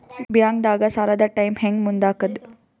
ಬ್ಯಾಂಕ್ದಾಗ ಸಾಲದ ಟೈಮ್ ಹೆಂಗ್ ಮುಂದಾಕದ್?